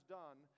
done